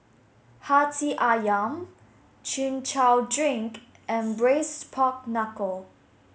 Hati Ayam Chin Chow Drink and braised pork knuckle